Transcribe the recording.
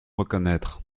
reconnaître